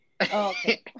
okay